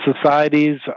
societies